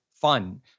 fun